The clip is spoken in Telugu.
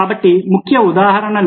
కాబట్టి ముఖ్య ఉదాహరణలు